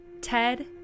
Ted